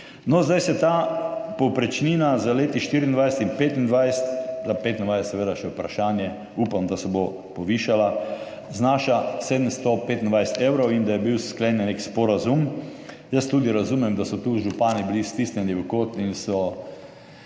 Zdaj ta povprečnina za leti 2024 in 2025 – za 2025 seveda še vprašanje, upam, da se bo povišala – znaša 725 evrov in je bil sklenjen nek sporazum. Jaz tudi razumem, da so tu župani bili stisnjeni v kot in so